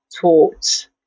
taught